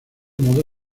modo